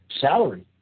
salary